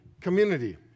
community